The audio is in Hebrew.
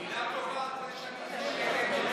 מילה טובה על זה שאני בשקט,